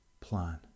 plan